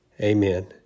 Amen